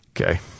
Okay